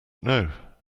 know